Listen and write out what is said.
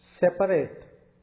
separate